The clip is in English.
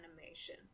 animation